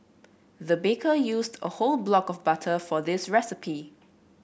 the baker used a whole block of butter for this recipe